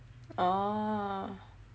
orh